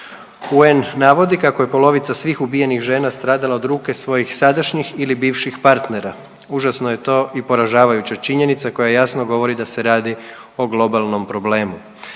UN navodi kako je polovica svih ubijenih žena strala od ruke svojih sadašnjih ili bivših partnera. Užasno je to i poražavajuća činjenica koja jasno govori da se radi o globalnom problemu.